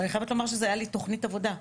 ואני חייבת לומר שזה היה לי תוכנית עבודה,